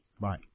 bye